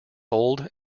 sold